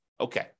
Okay